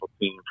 team